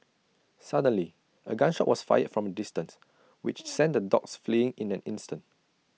suddenly A gun shot was fired from A distance which sent the dogs fleeing in an instant